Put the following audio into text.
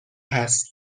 هست